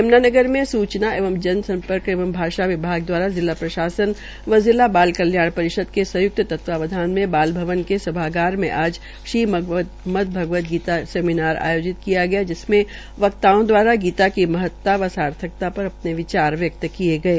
यम्नानगर में सूचना एवं जन सम्पर्क एवं भाषा विभाग दवारा जिला प्रशासन व जिला परिषद के संय्क्त तत्वाधान में बाल भवन के सभागार में आज श्रीमद भगवत गीता पर सेमीनार आयोजित किया गया जिसमें वक्ताओं द्वारा गीता की महता व सार्थकता पर अपने विचार व्यक्त किये गये